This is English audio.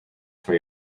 for